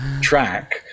track